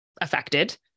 affected